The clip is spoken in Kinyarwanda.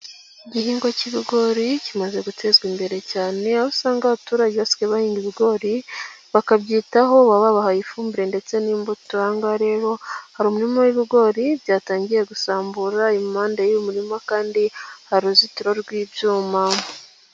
Igihingwa cy'ibigori kimaze gutezwa imbere cyane aho usanga abaturage basigaye bahinga ibigori bakabyitaho bab bahaye ifumbire ndetse n'imbuto ahangaha rero hari umurima w'ibigori byatangiye gusambura impande y'umurima kandi hari uruzitiro rw'ibyuma.